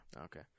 Okay